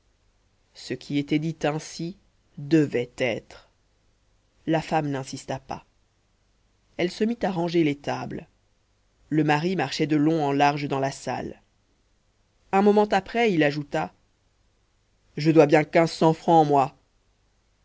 ce qui était dit ainsi devait être la femme n'insista point elle se mit à ranger les tables le mari marchait de long en large dans la salle un moment après il ajouta je dois bien quinze cents francs moi